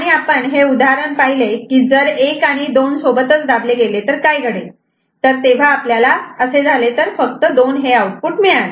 आणि आपण हे उदाहरण पाहिले की जर 1 आणि 2 सोबतच दाबले गेले तर काय घडेल तर तेव्हा आपल्याला असे झाले तर फक्त 2 हे आउटपुट मिळाले